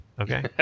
Okay